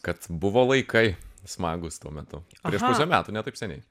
kad buvo laikai smagūs tuo metu prieš pusę metų ne taip seniai